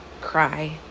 cry